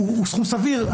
סכום סביר.